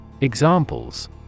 Examples